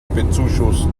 bezuschusst